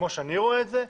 כמו שאני רואה את זה,